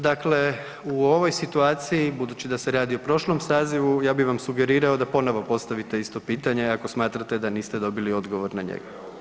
Dakle, u ovoj situaciji, budući da se radi o prošlom sazivu, ja bi vam sugerirao da ponovno postavite pitanje ako smatrate da niste dobili odgovor na njega.